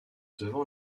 devant